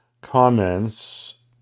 comments